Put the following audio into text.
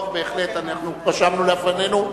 טוב, בהחלט, אנחנו רשמנו לפנינו.